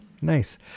nice